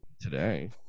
Today